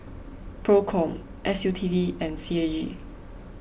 Procom S U T D and C A E